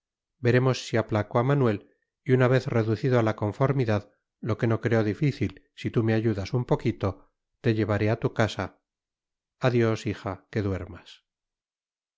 veremos si aplaco a manuel y una vez reducido a la conformidad lo que no creo difícil si tú me ayudas un poquito te llevaré a tu casa adiós hija que duermas